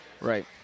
Right